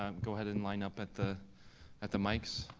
um go ahead and line up at the at the mics.